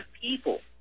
people